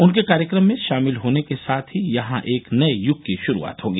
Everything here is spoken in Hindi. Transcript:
उनके कार्यक्रम में शामिल होने के साथ ही यहां एक नए यूग की शुरुआत होगी